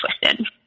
twisted